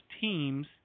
teams